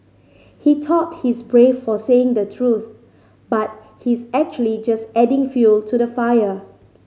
he thought he's brave for saying the truth but he's actually just adding fuel to the fire